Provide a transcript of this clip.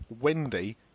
Wendy